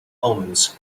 omens